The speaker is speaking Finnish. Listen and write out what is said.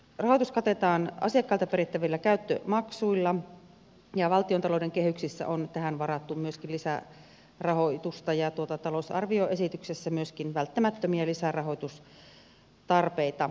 rahoitus katetaan asiakkailta perittävillä käyttömaksuilla ja valtiontalouden kehyksissä on tähän varattu myöskin lisärahoitusta ja talousarvioesityksessä myöskin välttämättömiä lisärahoitustarpeita